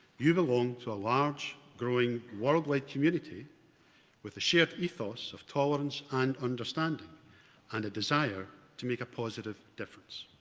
you belong to a large growing worldwide community with a shared ethos of tolerance and understanding and a desire to make a positive difference.